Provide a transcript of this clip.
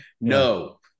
No